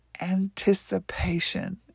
Anticipation